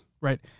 Right